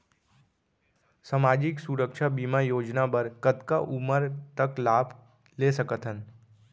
सामाजिक सुरक्षा बीमा योजना बर कतका उमर तक लाभ ले सकथन?